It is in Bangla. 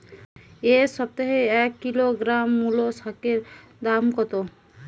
এ সপ্তাহে এক কিলোগ্রাম মুলো শাকের দাম কত?